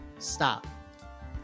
stop